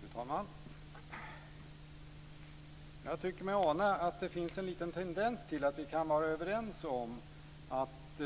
Fru talman! Jag tycker mig ana att det finns en tendens till att vi kan vara överens om att